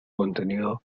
contenido